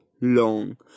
long